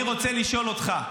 אני רוצה לשאול אותך,